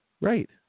Right